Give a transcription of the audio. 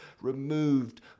removed